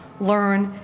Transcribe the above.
learn,